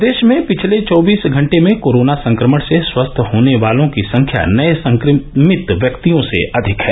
प्रदेश में पिछले चौबीस घंटे में कोरोना संक्रमण से स्वस्थ होने वालों की संख्या नये संक्रमित व्यक्तियों से अधिक है